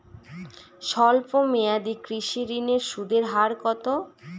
স্বল্প মেয়াদী কৃষি ঋণের সুদের হার কত?